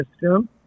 system